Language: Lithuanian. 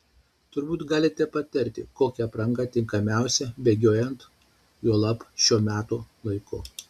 turbūt galite patarti kokia apranga tinkamiausia bėgiojant juolab šiuo metų laiku